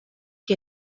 que